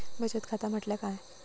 बचत खाता म्हटल्या काय?